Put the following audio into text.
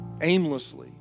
aimlessly